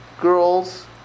girls